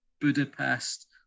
Budapest